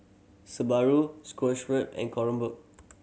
Subaru and Kronenbourg